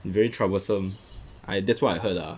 very troublesome I that's what I heard ah